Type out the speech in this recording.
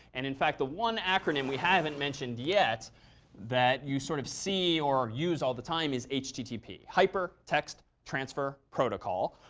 and in fact the one acronym we haven't mentioned yet that you sort of see or use all the time is http. hyper text transfer protocol.